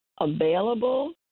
available